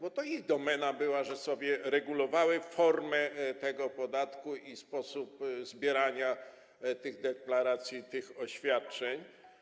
Bo to było ich domeną, że sobie regulowały formę tego podatku i sposób zbierania tych deklaracji i oświadczeń.